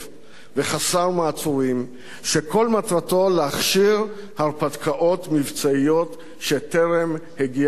וחסר מעצורים שכל מטרתו להכשיר הרפתקאות מבצעיות שטרם הגיע זמנן.